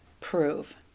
prove